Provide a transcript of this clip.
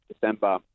December